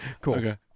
Cool